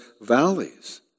valleys